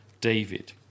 David